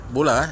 Bola